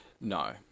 No